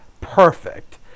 perfect